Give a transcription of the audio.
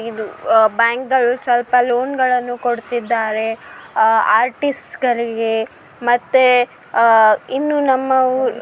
ಇದು ಬ್ಯಾಂಕ್ಗಳು ಸ್ವಲ್ಪ ಲೋನ್ಗಳನ್ನು ಕೊಡ್ತಿದ್ದಾರೆ ಆರ್ಟಿಸ್ಟ್ಗಳಿಗೆ ಮತ್ತು ಇನ್ನು ನಮ್ಮ ಊ